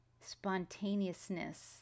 spontaneousness